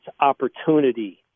opportunity